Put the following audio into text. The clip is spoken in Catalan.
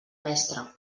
mestre